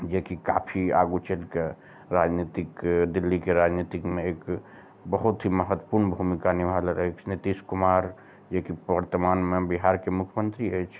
जेकि काफी आगू चैलिके राजनीतिक दिल्लीके राजनीतिकमे एक बहुत ही महत्वपूर्ण भूमिका निभौने रहथि नितीश कुमार जेकि बर्तमानमे बिहार के मुख्यमंत्री अइछ